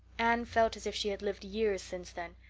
anne felt as if she had lived years since then,